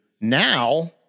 now